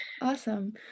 Awesome